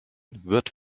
wird